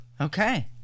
Okay